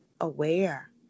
aware